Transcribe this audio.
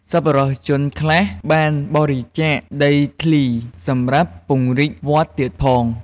សប្បុរសជនខ្លះបានបរិច្ចាគដីធ្លីសម្រាប់ពង្រីកវត្តទៀតផង។